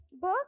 book